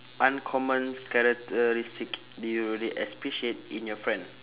uncommon characteristic do you really appreciate in your friend